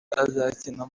azakina